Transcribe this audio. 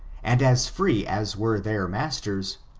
and as free as were their masters,